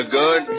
good